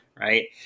right